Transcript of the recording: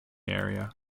area